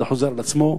זה חוזר על עצמו.